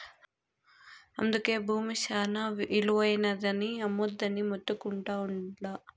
అందుకే బూమి శానా ఇలువైనది, అమ్మొద్దని మొత్తుకుంటా ఉండ్లా